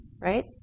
right